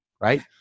right